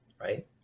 Right